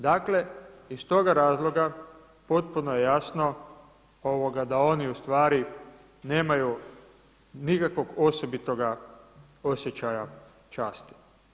Dakle, iz toga razloga potpuno je jasno da oni u stvari nemaju nikakvog osobitoga osjećaja časti.